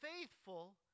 faithful